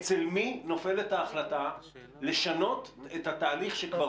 אצל מי נופלת ההחלטה לשנות את התהליך שכבר